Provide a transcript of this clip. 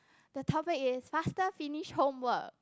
the topic is faster finish homework